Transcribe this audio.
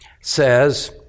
says